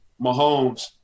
Mahomes